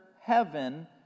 heaven